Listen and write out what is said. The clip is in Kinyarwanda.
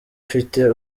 ufite